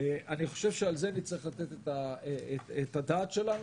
אני חושב שעל זה נצטרך לתת את הדעת שלנו,